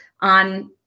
on